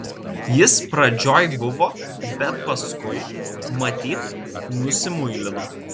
jis pradžioj buvo bet paskui matyt nusimuilino